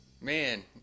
Man